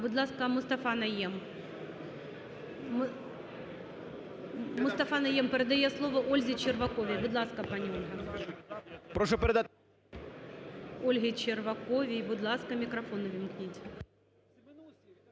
Будь ласка, Мустафа Найєм. Мустафа Найєм передає слово Ользі Черваковій. Будь ласка, пані Ольга. Ользі Черваковій, будь ласка, мікрофон увімкніть.